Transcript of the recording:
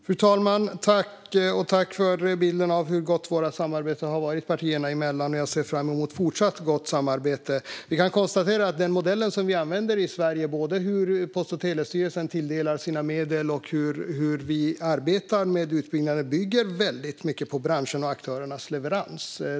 Fru talman! Jag vill tacka för bilden av det goda samarbetet mellan våra partier. Jag ser fram emot ett fortsatt gott samarbete. Den modell som vi använder i Sverige, både för hur Post och telestyrelsen tilldelar sina medel och för hur vi arbetar med utbyggnaden, bygger mycket på branschens och aktörernas leverans.